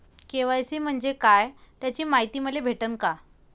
KYC म्हंजे काय त्याची मायती मले भेटन का?